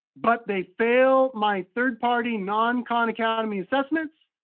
but they fail my third-party non khan academy assessments,